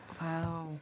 Wow